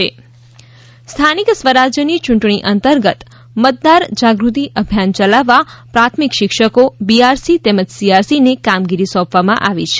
મતદાર જાગૃતિ સ્થાનિક સ્વરાજની ચૂંટણી અંતર્ગત મતદાર જાગૃતિ અભિયાન ચલાવવા પ્રાથમિક શિક્ષકો બીઆરસી તેમજ સીઆરસીને કામગીરી સોંપવામાં આવી છે